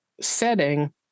setting